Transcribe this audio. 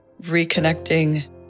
reconnecting